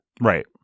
Right